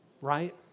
Right